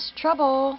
trouble